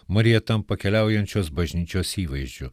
marija tampa keliaujančios bažnyčios įvaizdžiu